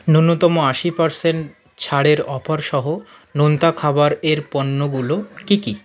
ন্যূনতম আশি পার্সেন্ট ছাড়ের অফার সহ নোনতা খাবার এর পণ্যগুলো কী কী